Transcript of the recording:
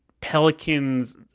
pelicans